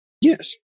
Yes